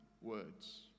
words